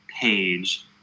page